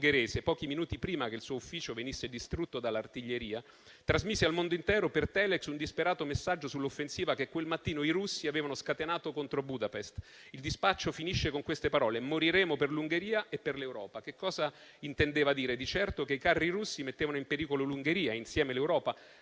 pochi minuti prima che il suo ufficio venisse distrutto dall'artiglieria, trasmise al mondo intero, per *telex*, un disperato messaggio sull'offensiva che quel mattino i russi avevano scatenato contro Budapest. Il dispaccio finisce con queste parole: moriremo per l'Ungheria e per l'Europa». Che cosa intendeva dire? Di certo che i carri russi mettevano in pericolo l'Ungheria e insieme l'Europa.